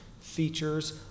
features